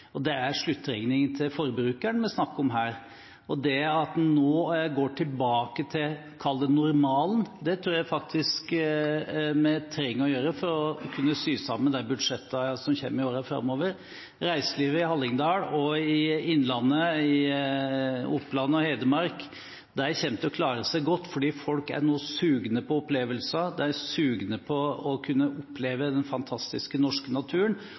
Det er sluttregningen til forbrukeren vi snakker om her. Det at man nå går tilbake til kall det normalen, tror jeg faktisk vi trenger å gjøre for å kunne sy sammen de budsjettene som kommer i årene framover. Reiselivet i Hallingdal og i Innlandet, i Oppland og i Hedmark kommer til å klare seg godt fordi folk nå er sugne på opplevelser. De er sugne på å kunne oppleve den fantastiske norske naturen.